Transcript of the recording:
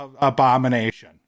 abomination